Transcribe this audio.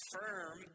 firm